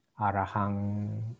Arahang